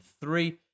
three